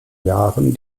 jahren